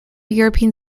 european